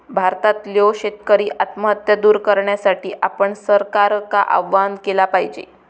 भारतातल्यो शेतकरी आत्महत्या दूर करण्यासाठी आपण सरकारका आवाहन केला पाहिजे